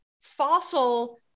fossil